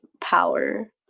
power